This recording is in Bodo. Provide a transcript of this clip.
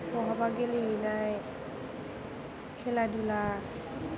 बहाबा गेलेहैनाय खेला दुला